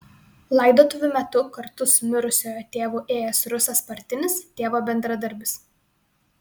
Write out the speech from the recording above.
laidotuvių metu kartu su mirusiojo tėvu ėjęs rusas partinis tėvo bendradarbis